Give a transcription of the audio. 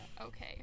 Okay